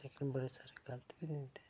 लेकिन बड़े सारे गल्त बी दिंदे